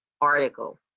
article